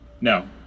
No